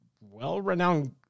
well-renowned